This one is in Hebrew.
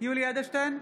יולי יואל אדלשטיין,